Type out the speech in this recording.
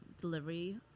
delivery